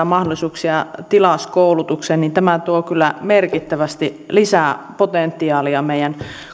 mahdollisuuksia tilauskoulutukseen tuo kyllä merkittävästi lisää potentiaalia meidän